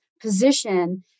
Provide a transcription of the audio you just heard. position